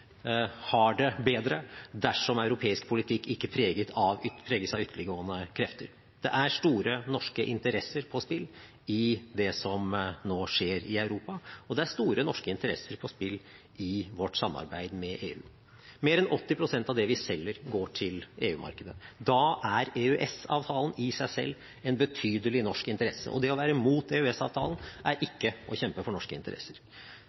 har det bedre dersom europeisk politikk ikke preges av ytterliggående krefter. Det står store norske interesser på spill i det som nå skjer i Europa, og det står store norske interesser på spill i vårt samarbeid med EU. Mer enn 80 pst. av det vi selger, går til EU-markedet. Da er EØS-avtalen i seg selv en betydelig norsk interesse, og det å være mot EØS-avtalen er ikke å kjempe for norske interesser.